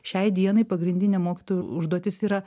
šiai dienai pagrindinė mokytojų užduotis yra